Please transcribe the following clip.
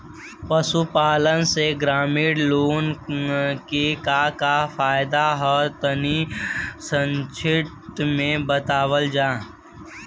पशुपालन से ग्रामीण लोगन के का का फायदा ह तनि संक्षिप्त में बतावल जा?